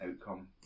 outcome